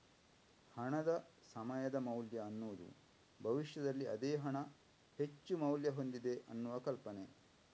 ಹಣದ ಸಮಯದ ಮೌಲ್ಯ ಅನ್ನುದು ಭವಿಷ್ಯದಲ್ಲಿ ಅದೇ ಹಣ ಹೆಚ್ಚು ಮೌಲ್ಯ ಹೊಂದಿದೆ ಅನ್ನುವ ಕಲ್ಪನೆ